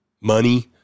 money